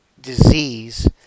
disease